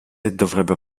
dovrebbe